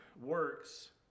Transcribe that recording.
works